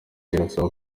irasaba